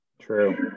True